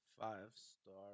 Five-star